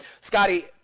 Scotty